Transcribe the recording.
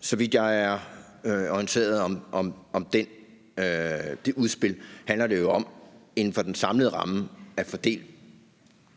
Så vidt jeg er orienteret om det udspil, handler det jo om inden for den samlede ramme at fordele